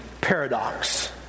paradox